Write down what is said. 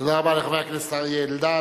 תודה רבה לחבר הכנסת אריה אלדד.